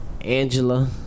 Angela